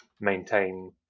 maintain